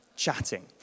Chatting